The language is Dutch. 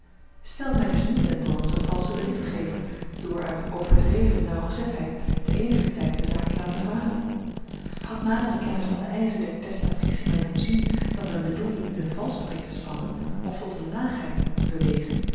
stel mij dus niet ten toon als een valschen berichtgever door uit overdreven nauwgezetheid te eeniger tijd de zaak te laten varen had nadere kennis van de eischen der testatrice mij doen zien dat men bedoelde u een valstrik te spannen of tot eene laagheid te bewegen